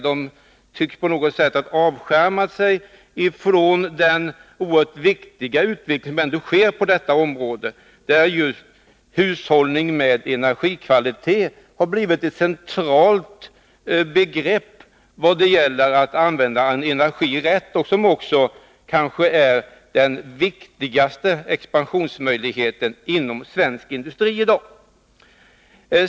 De tycktes på något sätt ha avskärmat sig från den oerhört viktiga utveckling som ändå sker på detta område, där just hushållning med energikvalitet har blivit ett centralt begrepp när det gäller att använda energin rätt. Detta är kanske den viktigaste expansionsmöjligheten inom svensk industri i dag.